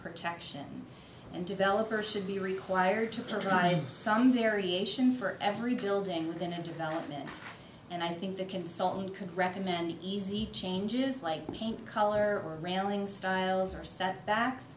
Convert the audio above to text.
protection and developers should be required to provide some variation for every building with an advantage and i think the consultant could recommend easy changes like paint color or railing styles or setbacks